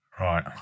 Right